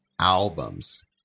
albums